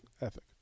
ethic